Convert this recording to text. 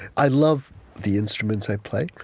i love the instruments i play.